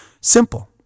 Simple